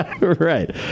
Right